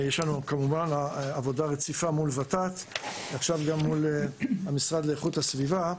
יש לנו כמובן עבודה רציפה מול ות"ת ועכשיו גם מול המשרד לאיכות הסביבה.